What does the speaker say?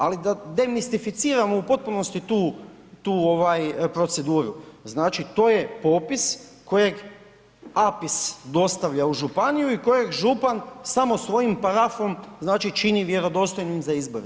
Ali da demistificiramo u potpunosti tu proceduru, znači to je popis kojeg APIS dostavlja u županiju i kojeg župan samo svojim parafom čini vjerodostojnim za izbore.